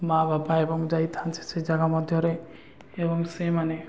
ମାଆ ବାପା ଏବଂ ଯାଇଥାନ୍ତି ସେ ଜାଗା ମଧ୍ୟରେ ଏବଂ ସେହିମାନେ